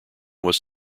was